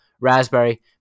raspberry